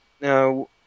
now